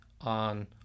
on